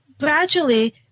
Gradually